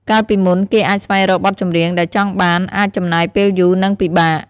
កាលពីមុន គេអាចស្វែងរកបទចម្រៀងដែលចង់បានអាចចំណាយពេលយូរ និងពិបាក។